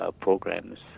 programs